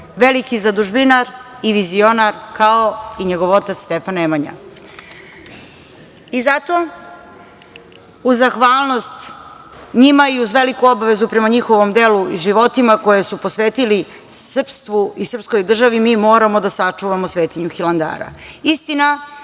veliki zadužbinar i vizionar, kao i njegov otac Stefan Nemanja.I zato u zahvalnost njima i uz veliku obavezu prema njihovom delu i životima koje su posvetili srpstvu i srpskoj državi mi moramo da sačuvamo svetinju Hilandara.